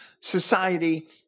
Society